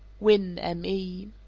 winn, me.